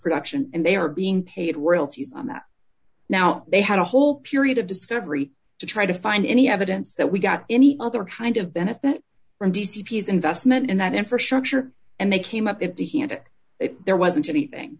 production and they are being paid royalties on that now they had a whole period of discovery to try to find any evidence that we got any other kind of benefit from d c p is investment in that infrastructure and they came up empty handed if there wasn't anything